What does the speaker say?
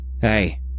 Hey